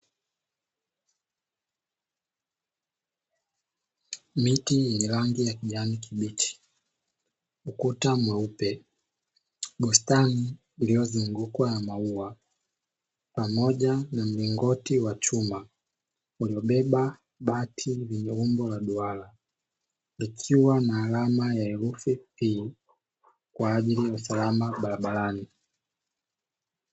Miti yenye rangi ya kijani kibichi, ukuta mweupe, bustani iliyozungukwa na maua pamoja na mlingoti wa chuma uliobeba bati lenye umbo la duara; likiwa na alama ya herufi P kwa ajili ya usalama barabarani.